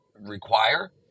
require